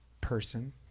person